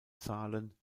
zahlen